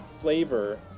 flavor